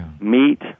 Meat